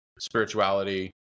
spirituality